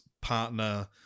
partner